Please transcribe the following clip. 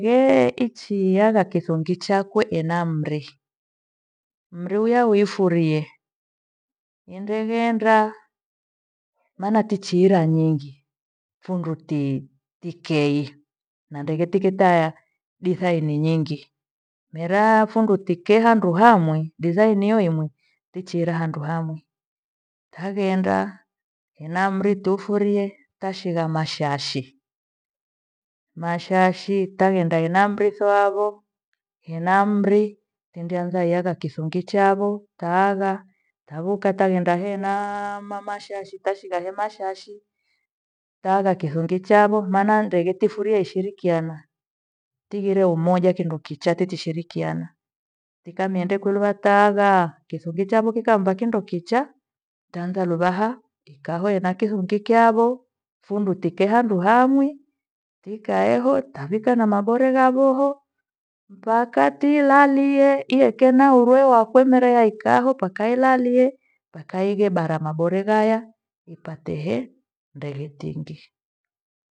Nge, ichiyagha kethongi chakwe ena mri. Mri uya uifurie indeghenda maana tichiira nyingi, fundu ti- tikeyi na ndege tikitaya disaini nyingi. Mera funditikehandu hamwe disainiyo- yo mwe tichira handu hamwi. khaghenda hena mrito ufurie tashigha mashashi, mashashi taghenda ena mrithi wavo hena mri kingi yanga iyagha kisungi chagho kaagha tagokata genda henaaa ma- mashashi tashika hema shashi taagha kithungi chavo maana ndeghe tifurie ishirikiana. Tighire umoja kindo kichaa tichishirikiana. Tikamiende kuluwata- aghaa kithungi chavo kikamva kindo kichaa tutaanza luvaha ikaho ena kithu nikikyavo fundu tikehandu hamwi tiake ho tawika na mabore ghavoho mpaka tilalie ieke naurwe wakwe mira yaikaho mpaka ilalie pakaige bara mabore ghaya ipate he ndege tingi.